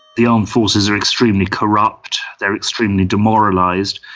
the armed forces are extremely corrupt, they are extremely demoralised.